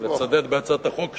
לצדד בהצעת החוק שלי,